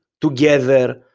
together